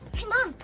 hey mom,